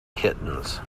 kittens